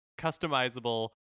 customizable